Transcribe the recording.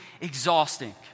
exhausting